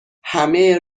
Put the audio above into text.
همه